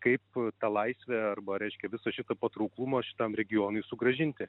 kaip ta laisvę arba reiškia visą šitą patrauklumą šitam regionui sugrąžinti